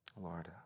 Lord